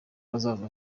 hazaza